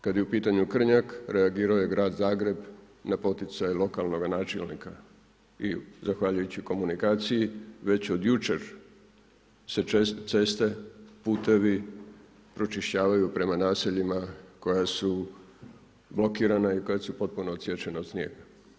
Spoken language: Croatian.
Kad je u pitanju Krnjak reagirao je grad Zagreb na poticaj lokalnoga načelnika i zahvaljujući komunikaciji već od jučer se ceste, putevi pročišćavaju prema naseljima koja su blokirana i koja su potpuno odsječena od snijega.